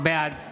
בעד